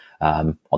On